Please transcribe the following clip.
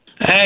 Hey